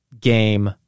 game